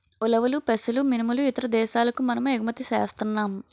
ఉలవలు పెసలు మినుములు ఇతర దేశాలకు మనము ఎగుమతి సేస్తన్నాం